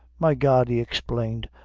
my god, he exclaimed,